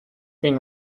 been